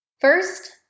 First